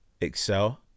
excel